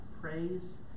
praise